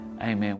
Amen